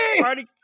party